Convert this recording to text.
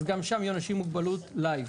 אז גם שם יהיו אנשים עם מוגבלות לייב,